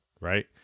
Right